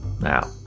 Now